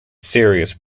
serious